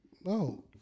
No